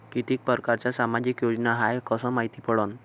कितीक परकारच्या सामाजिक योजना हाय कस मायती पडन?